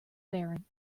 barren